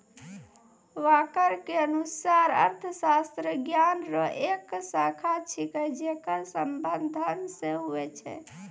walker के अनुसार अर्थशास्त्र ज्ञान रो एक शाखा छिकै जेकर संबंध धन से हुवै छै